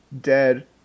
dead